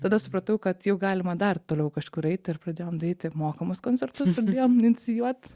tada supratau kad jau galima dar toliau kažkur eit ir pradėjom daryti mokamus koncertus pradėjom inicijuot